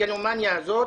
במגלומניה הזאת,